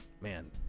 man